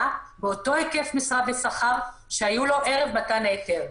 באותו היקף משרה ושכר שהיו ערב מתן ההיתר.